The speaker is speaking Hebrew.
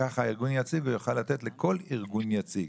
ככה ארגון יציג הוא יוכל לתת לכל ארגון יציג.